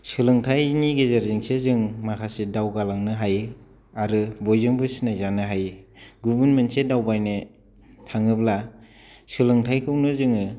सोलोंथायनि गेजेरजोंसो जों माखासे दावगालांनो हायो आरो बयजोंबो सिनायजानो हायो गुबुन मोनसे दावबायनो थाङोब्ला सोलोंथायखौनो जोङो